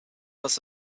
must